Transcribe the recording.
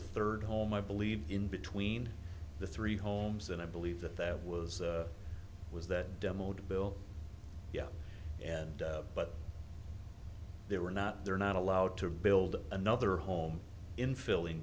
a third home i believe in between the three homes and i believe that that was was that demo to bill and but they were not they're not allowed to build another home in filling